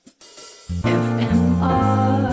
FMR